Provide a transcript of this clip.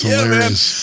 hilarious